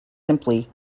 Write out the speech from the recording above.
simply